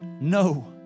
No